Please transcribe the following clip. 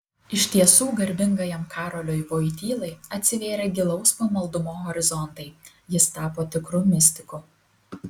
iš tiesų garbingajam karoliui vojtylai atsivėrė gilaus pamaldumo horizontai jis tapo tikru mistiku